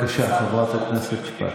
בבקשה, חברת הכנסת שפק.